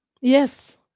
Yes